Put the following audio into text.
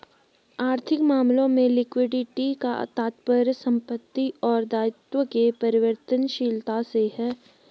आर्थिक मामलों में लिक्विडिटी का तात्पर्य संपत्ति और दायित्व के परिवर्तनशीलता से है